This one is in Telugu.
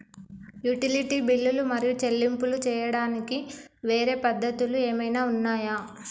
యుటిలిటీ బిల్లులు మరియు చెల్లింపులు చేయడానికి వేరే పద్ధతులు ఏమైనా ఉన్నాయా?